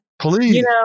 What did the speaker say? Please